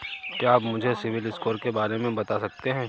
क्या आप मुझे सिबिल स्कोर के बारे में बता सकते हैं?